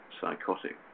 psychotic